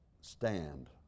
stand